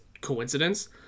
coincidence